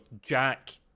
Jack